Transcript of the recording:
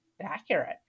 accurate